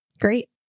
Great